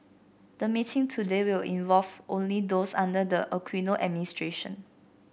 the meeting today will involve only those under the Aquino administration